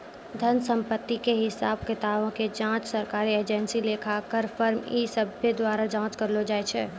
धन संपत्ति के हिसाब किताबो के जांच सरकारी एजेंसी, लेखाकार, फर्म इ सभ्भे द्वारा जांच करलो जाय छै